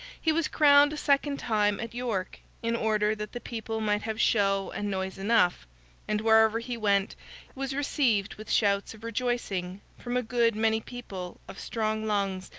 he was crowned a second time at york, in order that the people might have show and noise enough and wherever he went was received with shouts of rejoicing from a good many people of strong lungs,